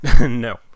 No